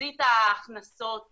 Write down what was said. תחזית ההכנסות